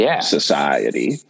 society